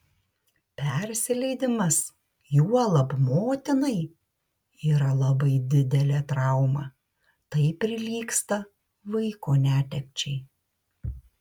persileidimas juolab motinai yra labai didelė trauma tai prilygsta vaiko netekčiai